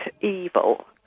evil